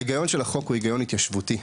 ההיגיון של החוק הוא היגיון התיישבותי,